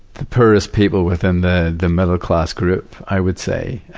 the poorest people with and the the middle class group, i would say.